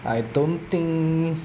I don't think